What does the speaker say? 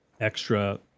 extra